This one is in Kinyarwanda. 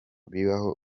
bibaho